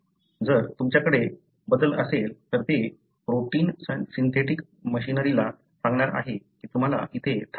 जर तुमच्याकडे बदल असेल तर ते प्रोटीन सिंथेटिक मशीनरीला सांगणार आहे की तुम्हाला इथे थांबावे लागेल